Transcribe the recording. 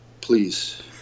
Please